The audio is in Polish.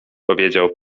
powiedział